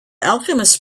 alchemist